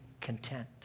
content